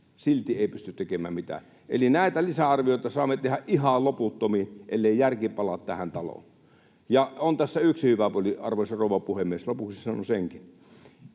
silti ei pysty tekemään mitään. Eli näitä lisätalousarvioita saamme tehdä ihan loputtomiin, ellei järki palaa tähän taloon. On tässä yksi hyvä puoli, arvoisa rouva puhemies — lopuksi sanon senkin: